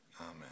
amen